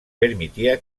permitía